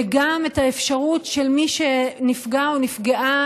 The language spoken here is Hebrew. וגם את האפשרות של מי שנפגע או נפגעה